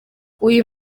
uyu